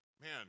man